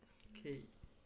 okay